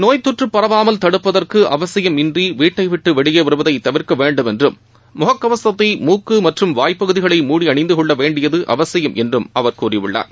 நோய் தொற்று பரவாமல் தடுப்பதற்கு அவசியம் இன்றி வீட்டை விட்டு வெளியே வருவதை தவிர்க்க வேண்டும் என்றும் முகக்கவசத்தை மூக்கு மற்றும் வாய் பகுதிகளை மூடி அணிந்துகொள்ள வேண்டியது அவசியம் என்றும் அவர் கூறியுள்ளார்